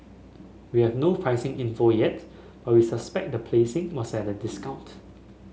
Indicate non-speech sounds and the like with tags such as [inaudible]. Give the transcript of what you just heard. we have no pricing info yet but [unintelligible] suspect the placing was at a discount